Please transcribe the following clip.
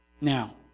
Now